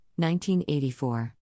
1984